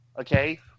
Okay